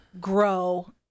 grow